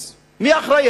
אז מי אחראי?